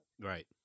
Right